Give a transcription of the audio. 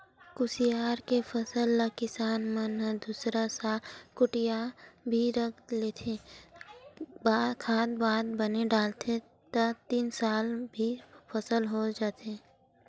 कुसियार के फसल ल किसान मन ह दूसरा साल खूटिया भी रख लेथे, खाद वाद बने डलथे त तीन साल भी फसल हो जाथे